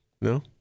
no